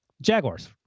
Jaguars